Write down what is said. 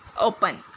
open